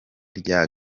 rya